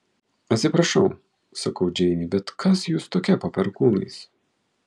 atsiprašau sakau džeinei bet kas jūs tokia po perkūnais